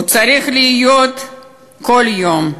הוא צריך להיות כל יום,